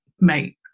mate